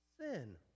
sin